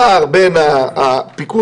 יש נוהל קבוע כל שבוע, ערעור של אורית סטרוק.